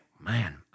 man